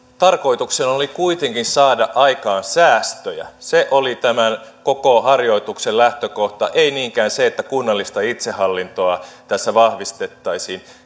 tarkoituksena oli kuitenkin saada aikaan säästöjä se oli tämän koko harjoituksen lähtökohta ei niinkään se että kunnallista itsehallintoa tässä vahvistettaisiin